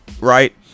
Right